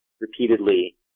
repeatedly